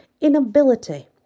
inability